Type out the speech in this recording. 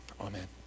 Amen